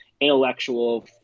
intellectual